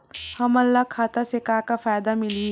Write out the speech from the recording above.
हमन ला खाता से का का फ़ायदा मिलही?